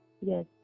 Yes